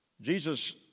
Jesus